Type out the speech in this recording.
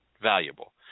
valuable